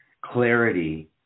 clarity